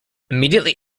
immediately